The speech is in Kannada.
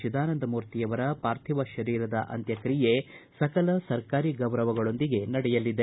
ಚಿದಾನಂದಮೂರ್ತಿಯವರ ಪಾರ್ಥಿವ ಶರೀರದ ಅಂತ್ಯಕ್ರಿಯೆ ಸಕಲ ಸರ್ಕಾರಿ ಗೌರವಗಳೊಂದಿಗೆ ನಡೆಯಲಿದೆ